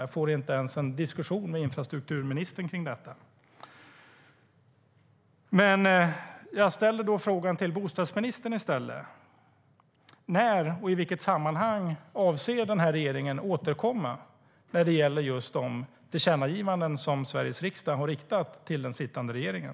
Jag får inte ens en diskussion med infrastrukturministern kring detta. Jag ställer då frågan till bostadsministern i stället: När och i vilket sammanhang avser regeringen att återkomma när det gäller just de tillkännagivanden som Sveriges riksdag har riktat till den sittande regeringen?